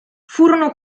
furono